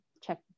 check